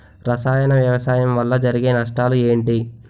రసాయన వ్యవసాయం వల్ల జరిగే నష్టాలు ఏంటి?